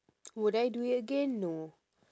would I do it again no